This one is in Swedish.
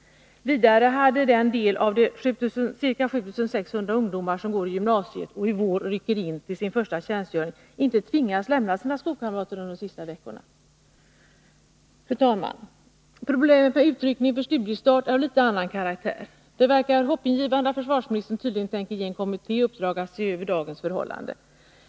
Vidare hade den del av de ca 7 600 ungdomar som går i gymnasiet och i vår rycker in till sin första värnpliktstjänstgöring inte tvingats lämna sina skolkamrater under den sista veckan. Problemet med utryckning för studiestart är av litet annan karaktär. Det verkar hoppingivande att försvarsministern tydligen tänker ge en kommitté i uppdrag att se över dagens förhållande.